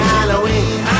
Halloween